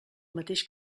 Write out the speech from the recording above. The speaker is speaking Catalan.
mateix